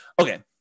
okay